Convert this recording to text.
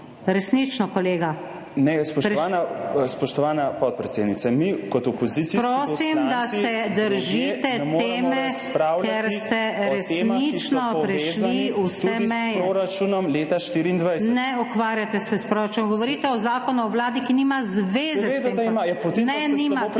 NATAŠA SUKIČ:** Prosim, da se držite teme, ker ste resnično prešli vse meje. Ne ukvarjate se s proračunom, govorite o zakonu o Vladi, ki nima zveze s tem